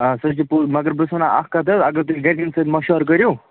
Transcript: آ سُہ ہے چھُ پوٚز مگر بہٕ چھُس ونان اَکھ کَتھ حظ اگر تُہۍ گَرِکیٚن سۭتۍ مَشوَر کٔرِو